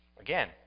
again